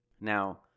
Now